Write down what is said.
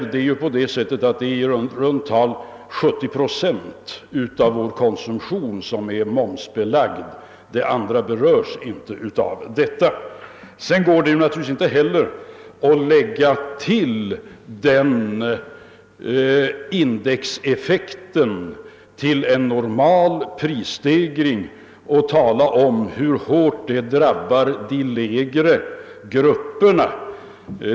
Det är emellertid i runt tal 70 procent av vår konsumtion som är momsbelagd. Den andra delen berörs inte av momshöjningen. Vidare kan man naturligtvis inte heller lägga den indexeffekten till en normal prisstegring och tala om hur hårt det drabbar de lägre grupperna.